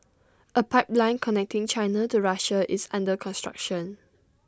A pipeline connecting China to Russia is under construction